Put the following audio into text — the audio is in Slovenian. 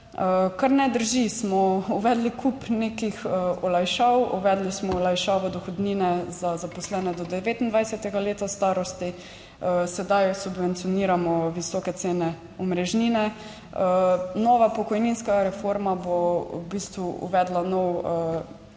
kar ne drži. Smo uvedli kup nekih olajšav, uvedli smo olajšavo dohodnine za zaposlene do 29. leta starosti, sedaj subvencioniramo visoke cene omrežnine. Nova pokojninska reforma bo v bistvu uvedla nov